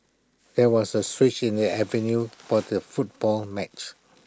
there was A switch in the avenue for the football match